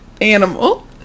Animal